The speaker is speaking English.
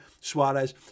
Suarez